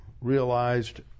realized